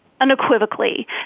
unequivocally